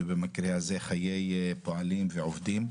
ובמקרה הזה, חיי פועלים ועובדים.